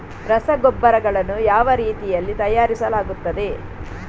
ರಸಗೊಬ್ಬರಗಳನ್ನು ಯಾವ ರೀತಿಯಲ್ಲಿ ತಯಾರಿಸಲಾಗುತ್ತದೆ?